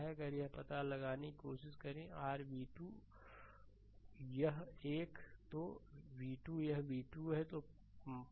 तो अगर यह पता लगाने की कोशिश r v2 यह एक